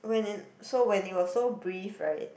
when it so when they were so brief right